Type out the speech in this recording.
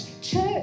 church